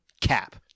Cap